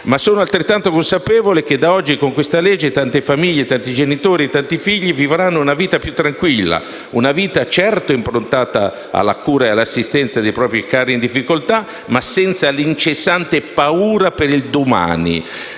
Sono altrettanto consapevole che da oggi, con questa legge, tante famiglie, tanti genitori, tanti figli vivranno una vita più tranquilla, certo improntata alla cura e all'assistenza di propri cari in difficoltà, ma senza l'incessante paura per il domani.